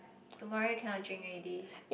tomorrow you cannot drink already